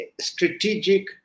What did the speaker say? strategic